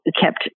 kept